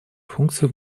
функции